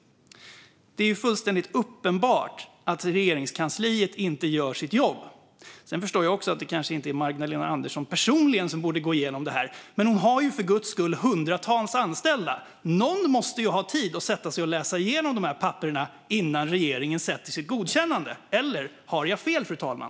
Det är fullständigt uppenbart att Regeringskansliet inte gör sitt jobb. Sedan förstår jag också att det kanske inte är Magdalena Andersson personligen som borde gå igenom det här. Men hon har ju för guds skull hundratals anställda! Någon måste ha tid att sätta sig och läsa igenom de här papperen innan regeringen ger sitt godkännande. Eller har jag fel, fru talman?